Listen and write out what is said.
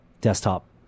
desktop